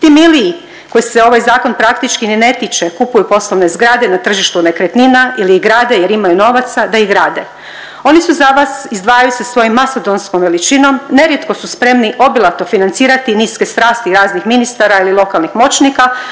Ti miliji kojih se ovaj zakon praktički ni ne tiče kupuju poslovne zgrade na tržištu nekretnina ili ih grade jer imaju novaca da ih grade. Oni su za vas izdvajaju se svojom mastodonskom veličinom, nerijetko su spremni obilato financirati niske strasti raznih ministara ili lokalnih moćnika